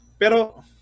Pero